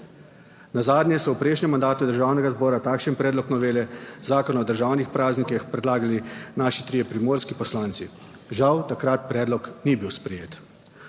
Nazadnje so v prejšnjem mandatu Državnega zbora takšen predlog novele Zakona o državnih praznikih predlagali naši trije primorski poslanci. Žal takrat predlog ni bil sprejet.